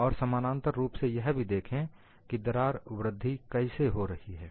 और समानांतर रूप से यह भी देखें कि दरार वृद्धि कैसे हो रही है